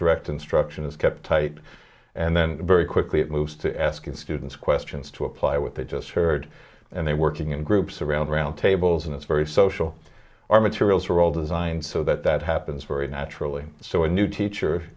direct instruction is kept tight and then very quickly it moves to asking students questions to apply what they just heard and they working in groups around the round table and it's very social our materials are all designed so that that happens very naturally so a new teacher